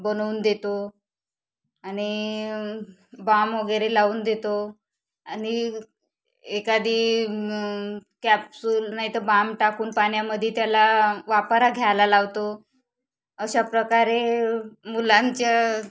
बनवून देतो आणि बाम वगैरे लावून देतो आणि एकादी कॅप्सुल नाही तर बाम टाकून पाण्यामध्ये त्याला वाफारा घ्यायला लावतो अशा प्रकारे मुलांच्या